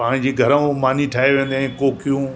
पंहिंजी घरऊं मानी ठाहे वेंदा आहियूं कोकियूं